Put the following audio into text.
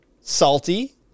salty